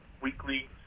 weekly